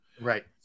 Right